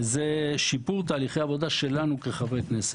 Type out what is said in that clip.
וזה שיפור תהליכי עבודה שלנו כחברי כנסת.